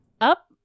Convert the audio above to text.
Up